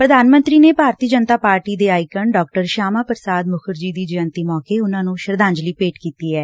ਪ੍ਰਧਾਨ ਮੰਤਰੀ ਨੇ ਭਾਰਤੀ ਜਨਤਾ ਪਾਰਟੀ ਦੇ ਆਈਕਨ ਡਾ ਸ਼ਿਆਮਾ ਪ੍ਰਸ਼ਾਦ ਮੁਖਰਜੀ ਦੀ ਜੈਯੰਤੀ ਮੌਕੇ ਉਨ੍ਵਾਂ ਨੂੰ ਸ਼ਰਧਾਂਜਲੀ ਭੇਂਟ ਕੀਤੀ ਐ